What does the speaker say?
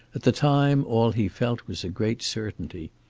at the time all he felt was a great certainty.